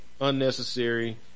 unnecessary